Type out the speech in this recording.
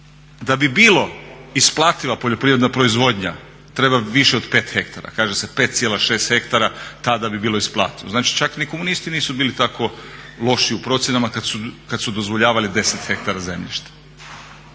Da bi bilo isplativa poljoprivredna proizvodnja treba više od 5 ha, kaže se 5,6 ha tada bi bilo isplativo. Znači, čak ni komunisti nisu bili tako loši u procjenama kad su dozvoljavali 10 ha zemljišta.